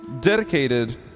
dedicated